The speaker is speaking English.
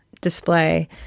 display